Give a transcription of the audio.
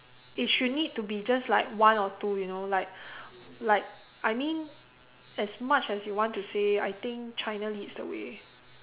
it should need to be just like one or two you know like like I mean as much as you want to say I think China leads the way